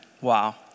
wow